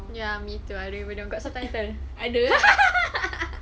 ya me too I don't even know got subtitle